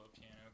piano